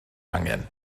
angen